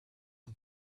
and